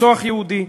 לרצוח יהודי.